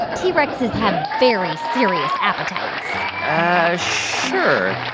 t. rexes have very serious appetites sure.